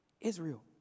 Israel